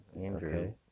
Andrew